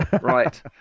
Right